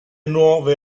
nuove